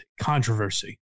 controversy